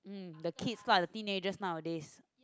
mm the kids lah the teenagers nowadays